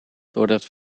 doordat